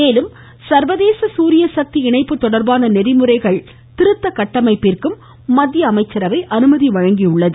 மேலும் சர்வதேச சசூரியசக்தி இணைப்பு தொடர்பான நெறிமுறைகள் திருத்த கட்டமைப்பிற்கும் மத்திய அமைச்சரவை ஒப்புதல் வழங்கியுள்ளது